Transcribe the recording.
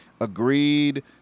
agreed